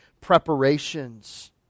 preparations